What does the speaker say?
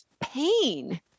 pain